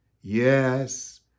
yes